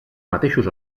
mateixos